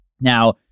Now